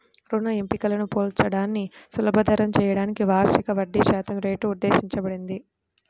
రుణ ఎంపికలను పోల్చడాన్ని సులభతరం చేయడానికి వార్షిక వడ్డీశాతం రేటు ఉద్దేశించబడింది